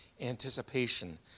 anticipation